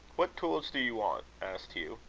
what tools do you want? asked hugh.